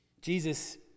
Jesus